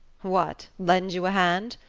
what lend you a hand?